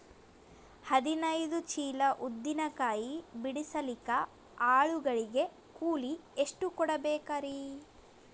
ಹದಿನೈದು ಚೀಲ ಉದ್ದಿನ ಕಾಯಿ ಬಿಡಸಲಿಕ ಆಳು ಗಳಿಗೆ ಕೂಲಿ ಎಷ್ಟು ಕೂಡಬೆಕರೀ?